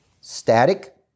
Static